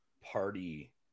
party